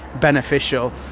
beneficial